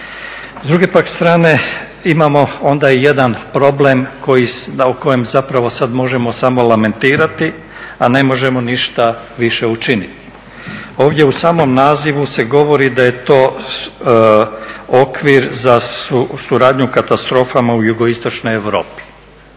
S druge pak strane onda imamo jedan problem o kojem samo možemo lamentirati, a ne možemo više ništa učiniti. Ovdje u samom nazivu se govori da je to okvir za suradnju u katastrofama u Jugoistočnoj Europi.